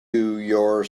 your